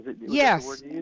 Yes